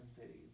cities